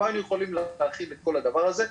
לא היינו יכולים להרחיב את כל הדבר הזה,